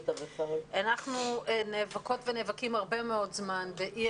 אנחנו נאבקות ונאבקים הרבה מאוד זמן באי